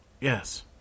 yes